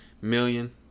million